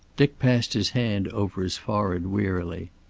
dick passed his hand over his forehead wearily.